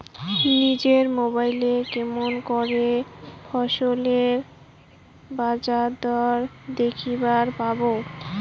নিজের মোবাইলে কেমন করে ফসলের বাজারদর দেখিবার পারবো?